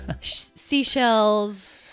seashells